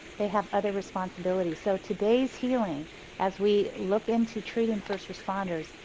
they have other responsibilities, so today's healing as we look into treating first responders,